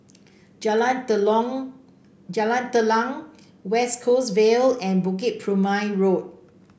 Jalan Jalan Telang West Coast Vale and Bukit Purmei Road